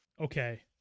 Okay